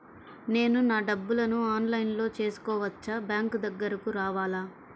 నేను నా డబ్బులను ఆన్లైన్లో చేసుకోవచ్చా? బ్యాంక్ దగ్గరకు రావాలా?